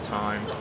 time